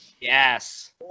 Yes